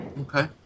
Okay